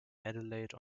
adelaide